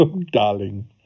darling